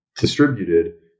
distributed